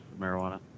marijuana